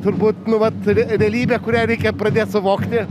turbūt nu vat realybė kurią reikia pradėt suvokti